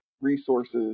resources